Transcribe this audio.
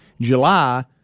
July